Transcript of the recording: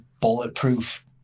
bulletproof